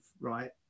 right